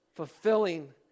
Fulfilling